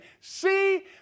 see